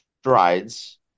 strides